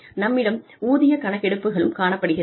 நம்மிடம் ஊதிய கணக்கெடுப்புகளும் காணப்படுகிறது